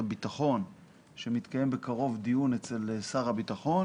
הביטחון שמתקיים בקרוב דיון אצל שר הביטחון.